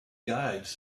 guides